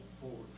forward